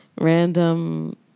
random